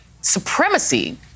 supremacy